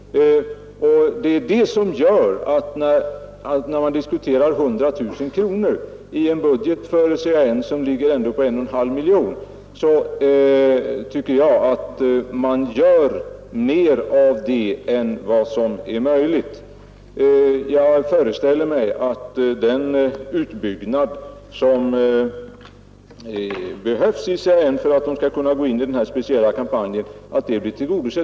Man gör därför mera än vad som är rimligt av en skillnad på 100 000 kronor, när man diskuterar en budget för CAN, som ligger på en och en halv miljon. Jag föreställer mig att den utbyggnad av CAN som behövs för att Centralförbundet skall kunna gå in i den speciella kampanjen skall möjliggöras.